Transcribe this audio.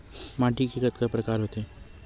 माटी के कतका प्रकार होथे?